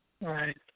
Right